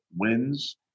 wins